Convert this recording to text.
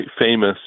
famous